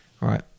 Right